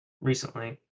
recently